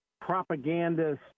propagandist